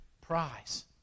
prize